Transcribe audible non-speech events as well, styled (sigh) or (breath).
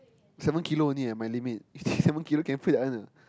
seven kilo only eh my limit (breath) seven kilo can fit that one ah